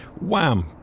Wham